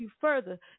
further